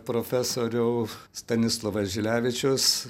profesoriau stanislovas žilevičius